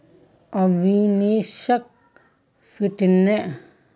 अविनाशोक फिनटेक कंपनीत काम मिलील छ